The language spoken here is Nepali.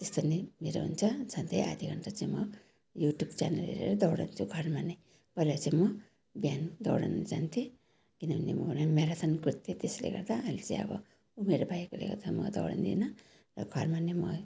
त्यस्तो नै मेरो हुन्छ झन्डै आधा घन्टा चाहिँ म युट्युब च्यानल हेरेर दौडन्छु घरमा नै पहिला चाहिँ म बिहान दौडनु जान्थेँ किनभने म राम् म्याराथन कुद्थेँ त्यसले गर्दा अहिले चाहिँ अब उमेर भएकोले गर्दा म दौडिदिनँ र घरमा नै म